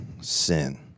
sin